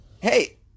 Hey